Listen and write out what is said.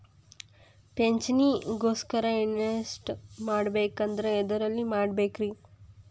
ಪಿಂಚಣಿ ಗೋಸ್ಕರ ಇನ್ವೆಸ್ಟ್ ಮಾಡಬೇಕಂದ್ರ ಎದರಲ್ಲಿ ಮಾಡ್ಬೇಕ್ರಿ?